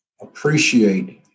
appreciate